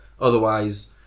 otherwise